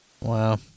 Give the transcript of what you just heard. Wow